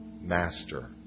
master